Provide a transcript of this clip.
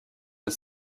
its